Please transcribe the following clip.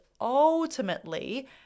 ultimately